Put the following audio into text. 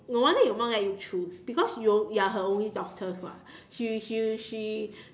no wonder your mum let you choose because you you are her only daughter [what] she she she